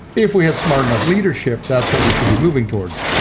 if we had smart enough leadership, that's what we should be moving towards.